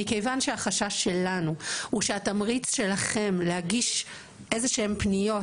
מכיוון שהחשש שלנו הוא שהתמריץ שלכם להגיש איזה שהן פניות